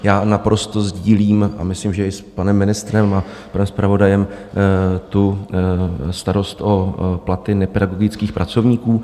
Já naprosto sdílím, a myslím, že i s panem ministrem a panem zpravodajem, tu starost o platy nepedagogických pracovníků.